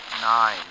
Nine